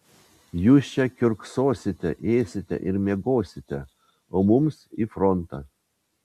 jūs čia kiurksosite ėsite ir miegosite o mums į frontą